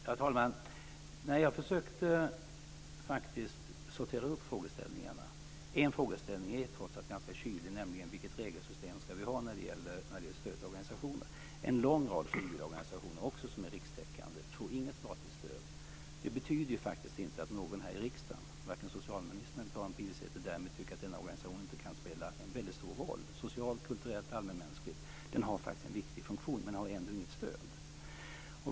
Herr talman! Jag försökte sortera upp frågeställningarna. En frågeställning är trots allt ganska kylig, nämligen: Vilket regelsystem ska vi ha för stöd till organisationer? En lång rad frivilligorganisationer som också är rikstäckande får inget statligt stöd. Det betyder inte att någon här i riksdagen, vare sig socialministern eller Karin Pilsäter, därmed inte tycker att denna organisation kan spela en väldigt stor roll socialt, kulturellt och allmänmänskligt. Den har en viktig funktion, men den har ändå inget stöd.